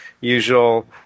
usual